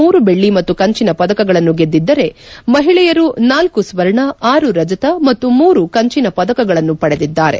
ಮೂರು ಬೆಳ್ಳಿ ಮತ್ತು ಕಂಚಿನ ಪದಕಗಳನ್ನು ಗೆದ್ದಿದ್ದರೆ ಮಹಿಳೆಯರು ನಾಲ್ಲು ಸ್ವರ್ಣ ಆರು ರಜತ ಮತ್ತು ಮೂರು ಕಂಚಿನ ಪದಕಗಳನ್ನು ಪಡೆದಿದ್ದಾರೆ